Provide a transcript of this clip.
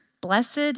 Blessed